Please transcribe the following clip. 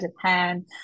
Japan